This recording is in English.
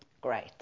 Great